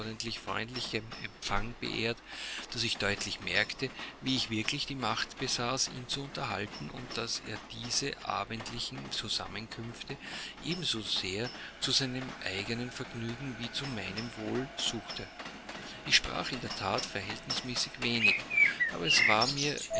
empfange beehrt daß ich deutlich merkte wie ich wirklich die macht besaß ihn zu unterhalten und daß er diese abendlichen zusammenkünfte ebenso sehr zu seinem eigenen vergnügen wie zu meinem wohle suchte ich sprach in der that verhältnismäßig wenig aber es war mir